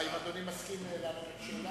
האם אדוני השר מסכים לענות על שאלה?